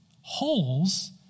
holes